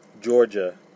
Georgia